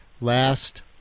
last